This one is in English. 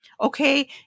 okay